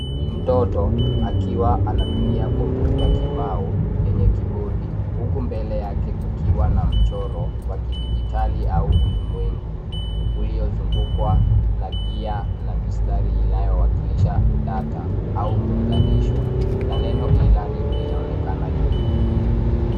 Ni mtoto akiwa anatumia komputa kibao yenye kibodi huku mbele yake kukiwa na mchoro wa kijidigitali au ulimwengu, uliozungukwa na gia na mistari inayowakilisha data au muunganisho, na neno E learning linaonekana juu.